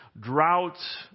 droughts